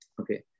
Okay